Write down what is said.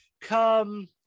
come